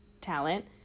talent